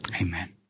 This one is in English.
Amen